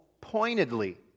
pointedly